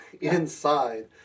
inside